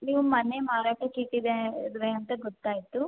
ನೀವು ಮನೆ ಮಾರಾಟಕ್ಕಿಟಿದೆ ದ್ವೇ ಅಂತ ಗೊತ್ತಾಯಿತು